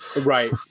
right